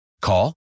Call